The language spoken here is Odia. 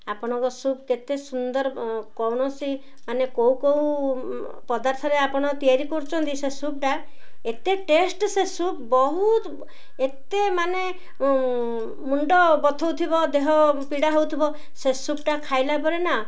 ଆପଣଙ୍କ ସୁପ୍ କେତେ ସୁନ୍ଦର କୌଣସି ମାନେ କେଉଁ କେଉଁ ପଦାର୍ଥରେ ଆପଣ ତିଆରି କରୁଛନ୍ତି ସେ ସୁପ୍ଟା ଏତେ ଟେଷ୍ଟ ସେ ସୁପ୍ ବହୁତ ଏତେ ମାନେ ମୁଣ୍ଡ ବଥଉଥିବ ଦେହ ପୀଡ଼ା ହଉଥିବ ସେ ସୁପ୍ଟା ଖାଇଲା ପରେ ନା